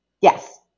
yes